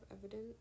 evidence